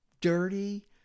dirty